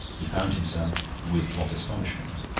he found himself, with what astonishment!